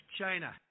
China